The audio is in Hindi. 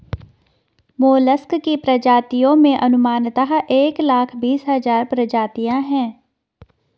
मोलस्क की प्रजातियों में अनुमानतः एक लाख बीस हज़ार प्रजातियां है